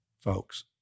folks